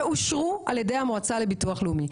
שאושרו על ידי המועצה לביטוח לאומי.